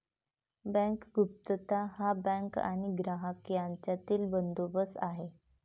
bank गुप्तता हा bank आणि ग्राहक यांच्यातील बंदोबस्त आहे